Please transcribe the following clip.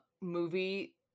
movie